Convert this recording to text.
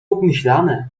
obmyślane